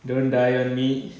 don't die on me